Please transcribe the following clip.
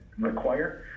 require